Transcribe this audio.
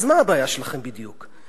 אז מה הבעיה שלכם בדיוק?